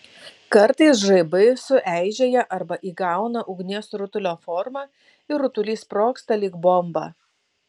kartais žaibai sueižėja arba įgauna ugnies rutulio formą ir rutulys sprogsta lyg bomba